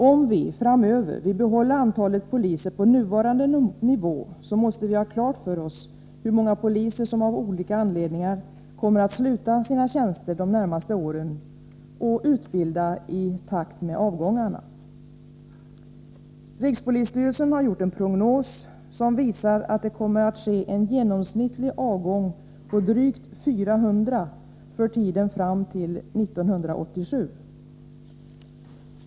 Om vi framöver vill behålla antalet poliser på nuvarande nivå, måste vi ha klart för oss hur många poliser som av olika anledningar kommer att sluta sina tjänster de närmaste åren och utbilda i takt med avgångarna. Rikspolisstyrelsen har gjort en prognos, som visar att det kommer att ske en genomsnittlig avgång på drygt 400 för tiden fram till 1987.